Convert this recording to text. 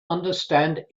understand